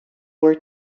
were